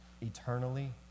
eternally